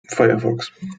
firefox